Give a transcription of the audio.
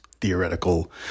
theoretical